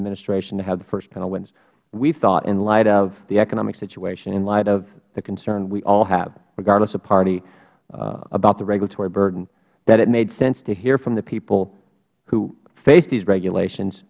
administration to have the first panel witness we thought in light of the economic situation in light of the concern we all have regardless of party about the regulatory burden that it made sense to hear from the people who faced these regulations